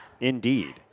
Indeed